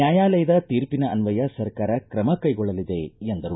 ನ್ಯಾಯಾಲಯದ ತೀರ್ಪಿನ ಅನ್ವಯ ಸರ್ಕಾರ ಕ್ರಮ ಕೈಗೊಳ್ಳಲಿದೆ ಎಂದರು